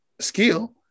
skill